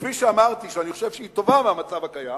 שכפי שאמרתי, אני חושב שהיא טובה מהמצב הקיים,